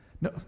No